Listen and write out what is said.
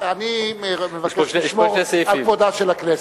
אני מבקש לשמור על כבודה של הכנסת.